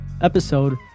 episode